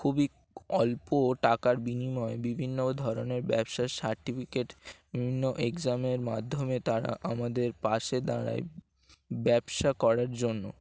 খুবই অল্প টাকার বিনিময়ে বিভিন্ন ধরনের ব্যবসার সার্টিফিকেট বিভিন্ন এক্সামের মাধ্যমে তারা আমাদের পাশে দাঁড়ায় ব্যবসা করার জন্য